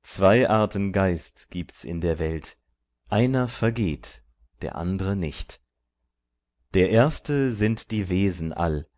zwei arten geist gibt's in der welt einer vergeht der andre nicht der erste sind die wesen all